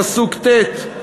פסוק ט':